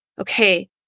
okay